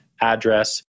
address